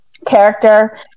character